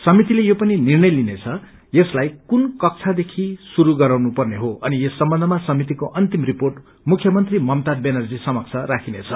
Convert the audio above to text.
समितिले यो पिन निष्ट्रय लिनेछ कि यसलाई कुन कक्षादेखि शुरू गराउनु पर्नेहो अनि यस सम्बन्धमा समितिको अन्तिम रिर्पोट मुख्यमंत्री ममता व्यनर्जी समक्ष राखिनेछ